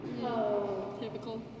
typical